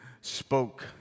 spoke